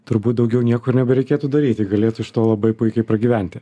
turbūt daugiau nieko ir nebereikėtų daryti galėtų iš to labai puikiai pragyventi